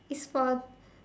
it's porn